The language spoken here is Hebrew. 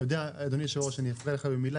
אתה יודע אדוני היושב ראש, אני אסביר לך במילה.